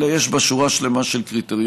אלא יש בה שורה שלמה של קריטריונים.